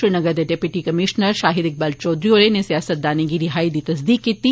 श्रीनगर दे deputy commissioner Shahid Iqbal Chaudhary होरें इनें सियासतदानें दी रिहाई दी तसदीक कीती ऐ